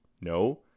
No